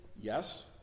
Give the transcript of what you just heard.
Yes